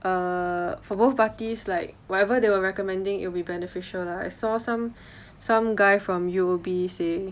err for both parties like whatever they were recommending it will be beneficial lah I saw some some guy from U_O_B say